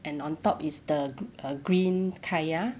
and on top is the err green kaya